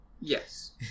Yes